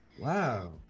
wow